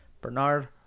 Bernard